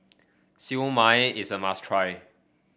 Siew Mai is a must try